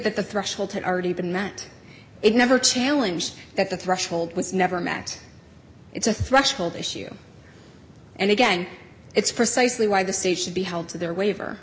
that the threshold had already been met it never challenge that the threshold was never met it's a threshold issue and again it's precisely why the state should be held to their waiver